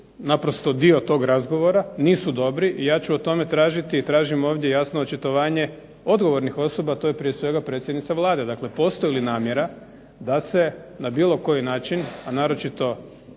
naprosto dio tog razgovora, nisu dobri, ja ću o tome tražiti i tražim ovdje jasno očitovanje odgovornih osoba to je prije svega predsjednica Vlade. Dakle, postoji li namjera da se na bilo koji način, a naročito